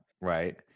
Right